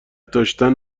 داشتن